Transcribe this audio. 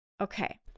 Okay